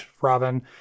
Robin